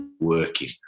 working